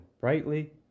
brightly